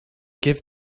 give